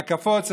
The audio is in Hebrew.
הקפות,